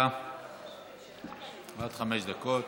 בבקשה, עד חמש דקות.